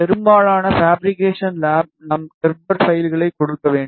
பெரும்பாலான fabrication label நாம் Gerber பைல்களை கொடுக்க வேண்டும்